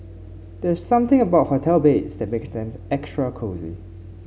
there's something about hotel beds that make them extra cosy